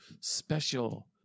special